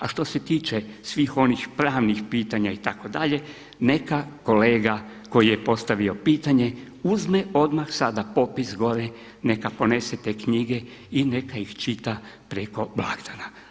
A što se tiče svih onih pravnih pitanja itd. neka kolega koji je postavio pitanje uzme odmah sada popis gore, neka ponese te knjige i neka ih čita preko blagdana.